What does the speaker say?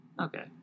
okay